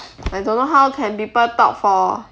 I don't know how can people talk for